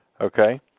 Okay